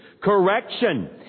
Correction